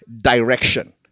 direction